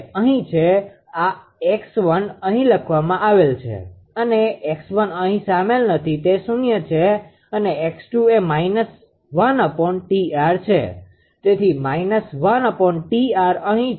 આ 𝑥1̇ અહી લખવામાં આવેલ છે અને 𝑥1 અહી સામેલ નથી તેથી તે શૂન્ય છે અને 𝑥2̇ એ −1𝑇𝑟 છે તેથી −1𝑇𝑟 અહી છે